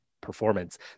performance